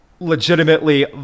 legitimately